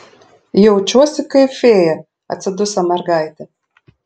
jaučiuosi kaip fėja atsiduso mergaitė